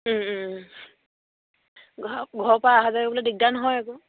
ঘৰ ঘৰৰপৰা অহা যোৱা কৰিবলৈ দিগদাৰ নহয় একো